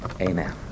Amen